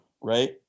right